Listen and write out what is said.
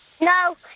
No